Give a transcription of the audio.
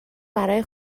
برای